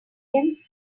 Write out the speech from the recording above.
him